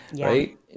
Right